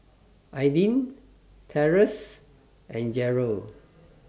Aydin Terrance and Jerel